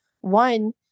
one